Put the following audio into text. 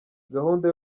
gahunda